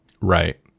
Right